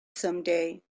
someday